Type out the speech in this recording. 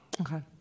Okay